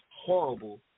horrible